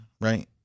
right